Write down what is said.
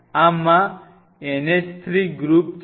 આમાં NH3 group છે